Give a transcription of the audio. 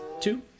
two